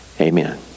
Amen